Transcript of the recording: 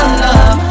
love